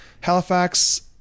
halifax